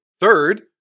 Third